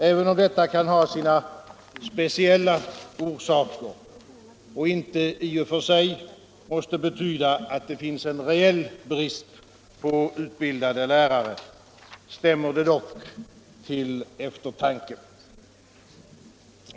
Även om detta kan ha sina speciella orsaker och inte i och för sig måste betyda att det finns en reell brist på utbildade lärare, stämmer det dock till eftertanke.